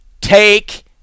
take